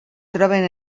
troben